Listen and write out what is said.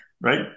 right